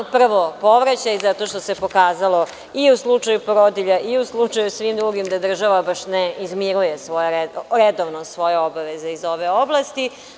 Prvo, povraćaj zato što se pokazalo i u slučaju porodilja i u slučaju svim drugim, da država baš ne izmiruje redovno svoje obaveze iz ove oblasti.